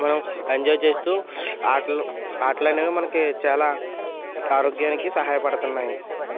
మనము ఎంజాయ్ చేస్తూ ఆటలు ఆటలు అనేవి మనకి చాలా ఆరోగ్యానికి సహాయపడుతున్నాయి